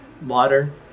modern